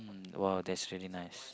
mm !wow! that's really nice